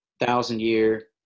thousand-year